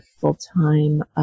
full-time